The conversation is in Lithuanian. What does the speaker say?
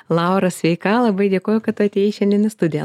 laura sveika labai dėkoju kad tu atėjai šiandien į studiją